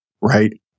right